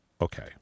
Okay